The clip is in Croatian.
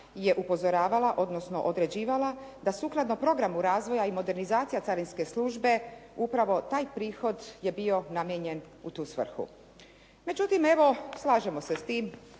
2. je upozoravala odnosno određivala da sukladno programu razvoja i modernizacija carinske službe upravo taj prihod je bio namijenjen u tu svrhu. Međutim, evo slažemo se s time